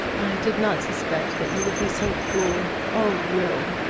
i did not suspect that you would be so cruel. oh, will!